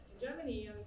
Germany